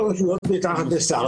קודם כול, רשויות מתחת לשר.